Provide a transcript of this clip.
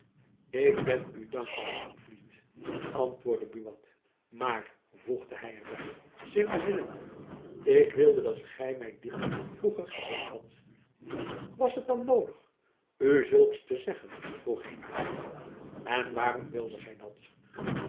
ik ben u dankbaar heenvliet antwoordde buat maar voegde hy er by zich bezinnende ik wilde dat gy my dit vroeger gezegd hadt jacob van lennep elizabeth musch was het dan noodig u zulks te zeggen vroeg heenvliet en waarom wildet gy dat